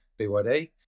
BYD